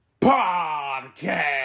Podcast